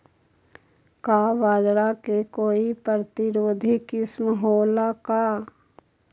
का बाजरा के कोई प्रतिरोधी किस्म हो ला का?